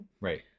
right